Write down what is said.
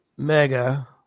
mega